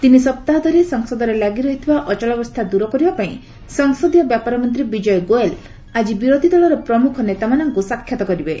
ତିନି ସପ୍ତାହ ଧରି ସଂସଦରେ ଲାଗିରହିଥିବା ଅଚଳାବସ୍ଥା ଦୂର କରିବା ପାଇଁ ସଂସଦୀୟ ବ୍ୟାପାର ମନ୍ତ୍ରୀ ବିଜୟ ଗୋୟଲ୍ ଆଜି ବିରୋଧି ଦଳର ପ୍ରମୁଖ ନେତାମାନଙ୍କୁ ସାକ୍ଷାତ କରିବେ